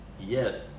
yes